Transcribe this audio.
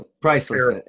Priceless